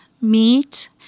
meat